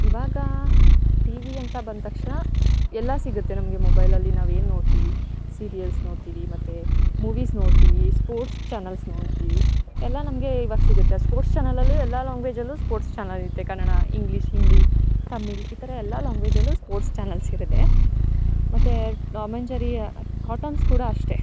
ಇವಾಗ T V ಅಂತ ಬಂದ ತಕ್ಷಣ ಎಲ್ಲ ಸಿಗುತ್ತೆ ನಮಗೆ ಮೊಬೈಲಲ್ಲಿ ನಾವು ಏನು ನೋಡ್ತೀವಿ ಸಿರಿಯಲ್ಸ್ ನೋಡ್ತೀವಿ ಮತ್ತೆ ಮೂವೀಸ್ ನೋಡ್ತೀವಿ ಸ್ಪೋರ್ಟ್ಸ್ ಚಾನಲ್ಸ್ ನೋಡ್ತೀವಿ ಎಲ್ಲ ನಮಗೆ ಇವಾಗ ಸಿಗುತ್ತೆ ಸ್ಪೋರ್ಟ್ಸ್ ಚಾನಲಲ್ಲೂ ಎಲ್ಲ ಲೊಂಗ್ವೇಜಲ್ಲೂ ಸ್ಪೋರ್ಟ್ಸ್ ಚಾನೆಲ್ ಇರುತ್ತೆ ಕನ್ನಡ ಇಂಗ್ಲಿಷ್ ಹಿಂದಿ ತಮಿಳ್ ಈ ಥರ ಎಲ್ಲ ಲೊಂಗ್ವೇಜಲ್ಲೂ ಸ್ಪೋರ್ಟ್ಸ್ ಚಾನಲ್ಸ್ ಇರುತ್ತೆ ಮತ್ತು ಟಾಮ್ ಆಂಡ್ ಜೆರಿ ಕಾರ್ಟೊನ್ಸ್ ಕೂಡ ಅಷ್ಟೆ